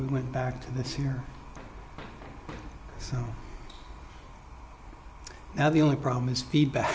we went back to this here so now the only problem is feedback